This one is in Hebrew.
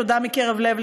תודה מקרב לב,